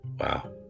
wow